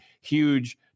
huge